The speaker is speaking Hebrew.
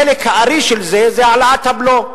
חלק הארי של זה העלאת הבלו.